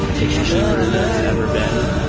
it's cheaper than it's ever been.